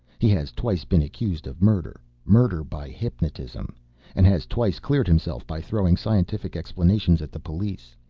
he has twice been accused of murder murder by hypnotism and has twice cleared himself by throwing scientific explanations at the police.